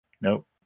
Nope